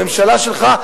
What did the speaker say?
הממשלה שלך,